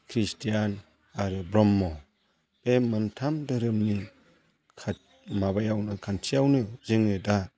Christian आरो ब्रह्म बे मोनथाम धोरोमनि माबायावनो खान्थियावनो जोङो दा